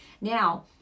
Now